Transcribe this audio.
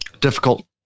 difficult